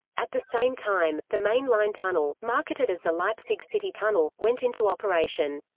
at the same time, the main line tunnel, marketed as the leipzig city tunnel, went into operation.